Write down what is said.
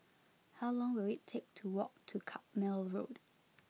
how long will it take to walk to Carpmael Road